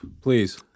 please